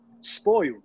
spoiled